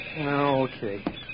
Okay